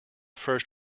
first